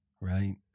Right